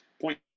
point